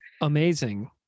Amazing